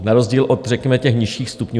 Na rozdíl od řekněme těch nižších stupňů.